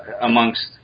amongst